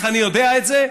איך אני יודע את זה?